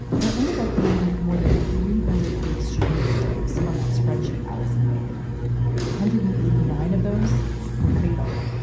there ended up being more than three hundred police shooting victims on that spreadsheet. allison made one hundred and eighty nine of those were fatal.